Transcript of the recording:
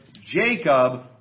Jacob